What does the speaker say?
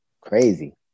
crazy